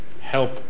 help